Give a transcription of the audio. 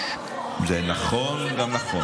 זה לא נכון.